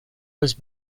was